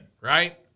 right